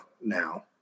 now